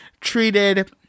treated